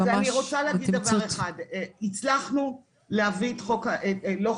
אז אני רוצה להגיד דבר אחד: הצלחנו להביא לא חוק,